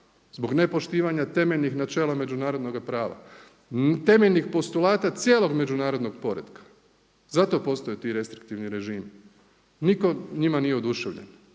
zbog nepoštivanja temeljnih načela međunarodnoga prava, temeljnih postulata cijelog međunarodnog poretka, zato postoje ti restriktivni režimi. Nitko njima nije oduševljen,